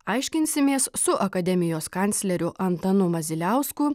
aiškinsimės su akademijos kancleriu antanu maziliausku